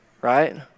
right